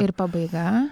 ir pabaiga